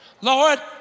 Lord